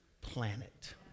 planet